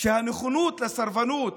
שהנכונות לסרבנות